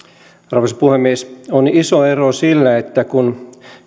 arvoisa puhemies on iso ero sillä että kun